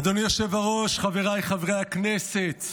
אדוני היושב-ראש, חבריי חברי הכנסת,